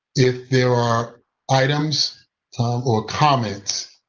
if there are items or comments,